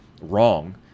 wrong